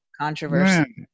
controversy